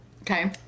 Okay